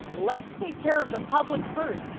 let's take care of the public first.